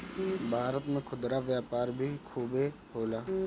भारत में खुदरा व्यापार भी खूबे होला